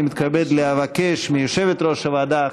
אני מתכבד לבקש מיושבת-ראש הוועדה,